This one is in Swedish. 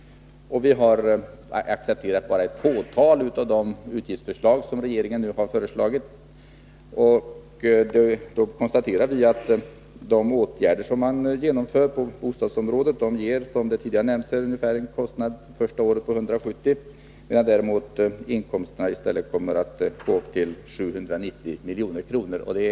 Vi har accepterat bara ett fåtal av de utgiftsförslag som regeringen nu lagt fram. De åtgärder man genomför på bostadsområdet ger, som det tidigare nämnts, en kostnad första året på 170 milj.kr., medan inkomsterna i stället kommer att uppgå till 790 milj.kr.